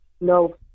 no